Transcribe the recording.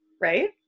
Right